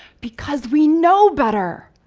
because we know better.